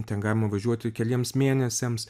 ten galima važiuoti keliems mėnesiams